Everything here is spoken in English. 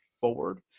forward